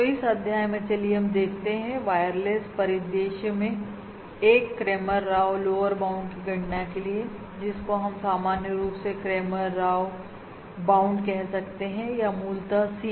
तो इस अध्याय में चलिए हम देखते हैं वायरलेस परिदृश्य में एक क्रेमर राव लोअर बाउंड की गणना के लिए जिसको हम सामान्य रूप से क्रैमर राव बाउंड कह सकते हैं या मूलतः CRB